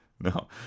No